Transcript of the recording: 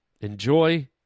enjoy